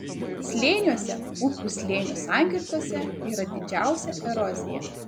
slėniuose upių slėnių sankirtose yra didžiausia erozija